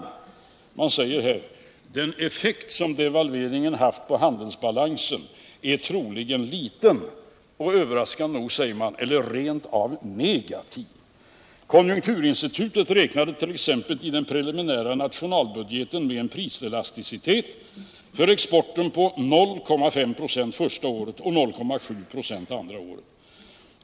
Ur en artikel i Affärsvärlden den 24 maj citerar jag följande: ”Den effekt som devalveringarna haft på handelsbalansen är troligen liten eller rent av negativ. Konjunturinstitutet räknade t.ex. i den preliminära nationalbudgeten med en priselasticitet för exporten på 0,5 ". första året och 0,7 ”v andra året.